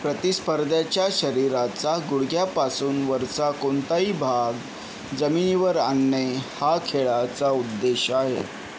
प्रतिस्पर्ध्याच्या शरीराचा गुडघ्यापासून वरचा कोणताही भाग जमिनीवर आणणे हा खेळाचा उद्देश आहे